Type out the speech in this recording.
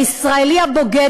הישראלי הבוגד,